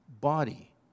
body